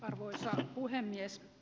arvoisa puhemies